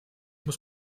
muss